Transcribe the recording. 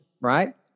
right